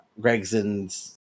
Gregson's